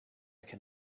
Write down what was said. can